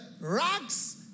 rags